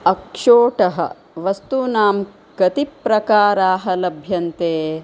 अक्षोटः वस्तूनां कति प्रकाराः लभ्यन्ते